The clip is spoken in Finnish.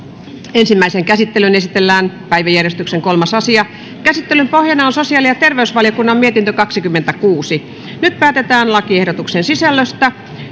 ensimmäiseen käsittelyyn esitellään päiväjärjestyksen kolmas asia käsittelyn pohjana on sosiaali ja terveysvaliokunnan mietintö kaksikymmentäkuusi nyt päätetään lakiehdotuksen sisällöstä